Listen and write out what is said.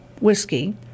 whiskey